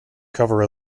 cover